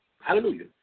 Hallelujah